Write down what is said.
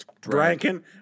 drinking